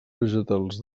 vegetals